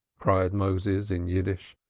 cried moses in yiddish,